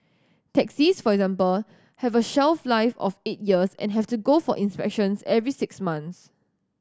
taxis for example have a shelf life of eight years and have to go for inspections every six months